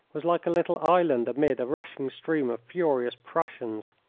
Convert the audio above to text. was like a little island amid a rushing stream of furious prussians.